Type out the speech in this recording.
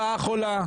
עוולה.